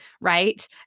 right